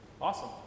Awesome